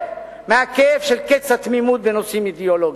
מהכאב של קץ התמימות בנושאים אידיאולוגיים.